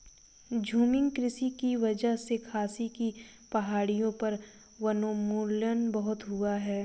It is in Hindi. झूमिंग कृषि की वजह से खासी की पहाड़ियों पर वनोन्मूलन बहुत हुआ है